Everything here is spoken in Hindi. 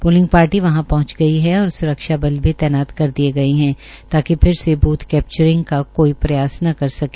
पोलिंग पार्टी वहां पहुंच गई है और स्रक्षा बल भी तैनात कर दिये गये है ताकि फिर से ब्थ कैपचरिंग का कोई प्रयास न कर सके